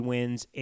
Wins